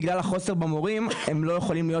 בגלל החוסר במורים הם לא יכולים להיות